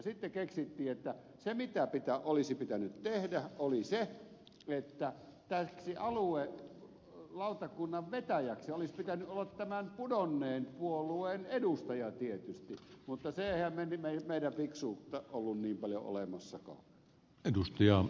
sitten keksittiin että se mitä olisi pitänyt tehdä oli se että täksi aluelautakunnan vetäjäksi olisi pitänyt saada tämän pudonneen puolueen edustaja tietysti mutta eihän meillä fiksuutta ollut niin paljon olemassakaan